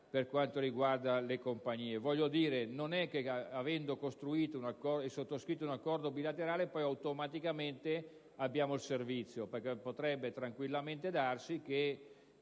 Voglio dire che, non è che avendo sottoscritto un accordo bilaterale, poi automaticamente abbiamo il servizio, perché potrebbe tranquillamente darsi che